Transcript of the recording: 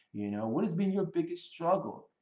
you know what has been your biggest struggle?